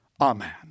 Amen